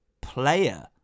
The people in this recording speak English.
player